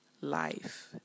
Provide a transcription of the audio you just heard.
life